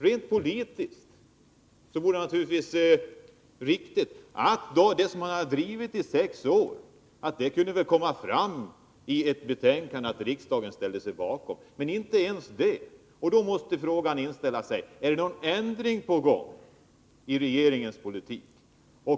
Rent politiskt vore det naturligtvis riktigt att det som man drivit i sex år kunde komma fram i ett betänkande och att riksdagen kunde ställa sig bakom det. Men inte ens det sker. Då måste frågan inställa sig: Är det någon ändring på gång i regeringens politik?